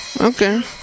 Okay